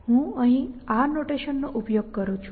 હું અહીં આ નોટેશન નો ઉપયોગ કરું છું